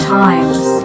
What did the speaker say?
times